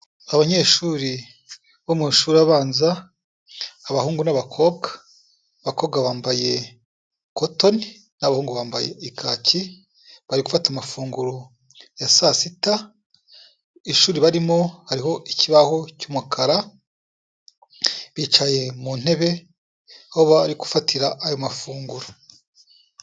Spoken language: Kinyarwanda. Abanyeshuri bo mu mashuri abanza:abahungu n'abakobwa, abakobwa bambaye kotoni, abahungu bambaye ikaki, bari gufata amafunguro ya saa sita, ishuri barimo hariho ikibaho cy'umukara, bicaye mu ntebe aho bari gufatira ayo mafunguro.